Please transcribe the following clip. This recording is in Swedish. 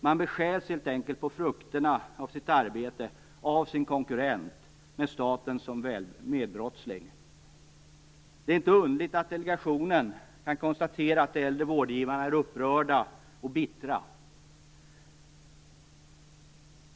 Han bestjäls helt enkelt på frukterna av sitt arbete av sin konkurrent med staten som medbrottsling. Det är inte underligt att delegationen kan konstatera att de äldre vårdgivarna är upprörda och bittra.